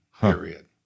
period